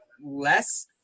less